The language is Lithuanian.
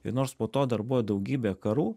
ir nors po to dar buvo daugybė karų